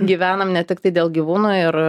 gyvenam ne tiktai dėl gyvūnų ir